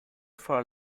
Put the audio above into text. for